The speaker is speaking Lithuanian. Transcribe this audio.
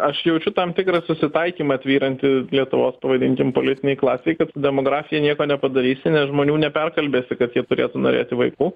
aš jaučiu tam tikrą susitaikymą tvyrantį lietuvos pavadinkim politinėj klasėj kad su demografija nieko nepadarysi nes žmonių neperkalbėsi kad jie turėtų norėti vaikų